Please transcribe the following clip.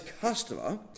customer